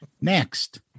Next